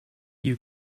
you